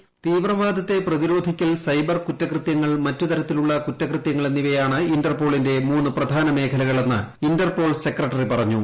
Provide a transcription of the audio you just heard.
voice തീവ്രവാദത്തെ പ്രതിരോധിക്കൽ cyber കുറ്റകൃത്യങ്ങൾ മറ്റ് തരത്തിലുള്ള കുറ്റകൃത്യങ്ങൾ എന്നിവയാണ് ഇന്റർപോളിന്റെ മൂന്നു പ്രധാന മേഖലകളെന്ന് ഇന്റർപോൾ സെക്രട്ടറി പറഞ്ഞു